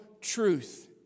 truth